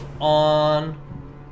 on